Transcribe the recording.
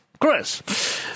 Chris